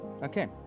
Okay